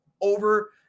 over